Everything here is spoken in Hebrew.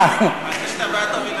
על זה שאתה בעד טומי לפיד?